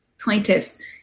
plaintiffs